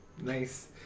Nice